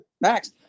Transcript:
Max